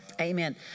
Amen